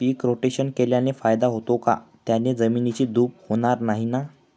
पीक rotation केल्याने फायदा होतो का? त्याने जमिनीची धूप होणार नाही ना?